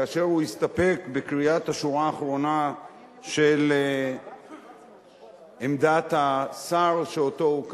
כאשר הוא הסתפק בקריאת השורה האחרונה של עמדת השר שאותה הוא קרא.